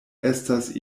estas